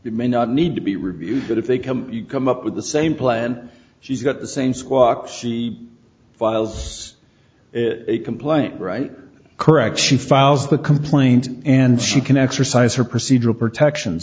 it may not need to be reviewed but if they come you come up with the same plan she's got the same squawks she files complaint right correct she files the complaint and she can exercise her procedural protection